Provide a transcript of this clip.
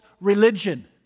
religion